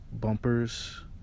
Bumpers